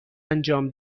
انجام